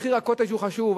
מחיר ה"קוטג'" הוא חשוב,